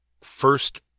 first